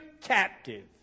captive